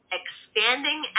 expanding